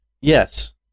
Yes